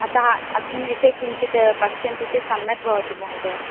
अतः अस्मिन् विषये किञ्चित् पश्यन्ति चेत् सम्यक् भवति महोदय